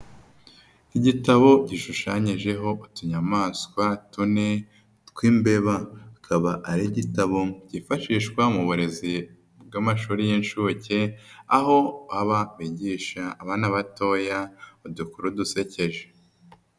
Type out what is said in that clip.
Igitabo gishushanyijeho utunyamaswa tune tw'imbeba. Akaba ari igitabo kifashishwa mu burezi bw'amashuri y'inshuke, aho baba bigisha abana batoya udukuru dusekeje.